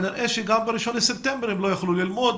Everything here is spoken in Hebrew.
כנראה שגם ב-1 בספטמבר הם לא יוכלו ללמוד